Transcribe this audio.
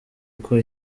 uko